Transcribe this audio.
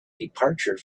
departure